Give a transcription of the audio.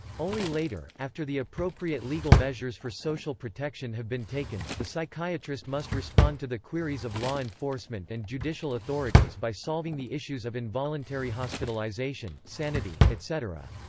only later, after the appropriate legal measures for social protection have been taken, the psychiatrist must respond to the queries of law enforcement and judicial authorities by solving the issues of involuntary hospitalization, sanity, etc.